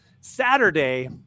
Saturday